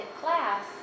class